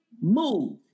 Move